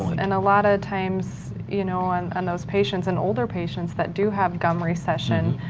and a lot of times you know on and those patients and older patients that do have gum recession,